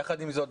יחד עם זאת,